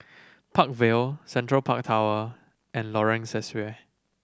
Park Vale Central Park Tower and Lorong Sesuai